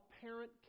parent